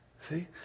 See